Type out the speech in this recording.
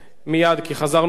כי חזרנו קצת אחורה,